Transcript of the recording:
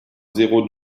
zéro